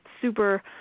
super